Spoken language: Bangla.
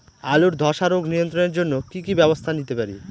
আলুর ধ্বসা রোগ নিয়ন্ত্রণের জন্য কি কি ব্যবস্থা নিতে পারি?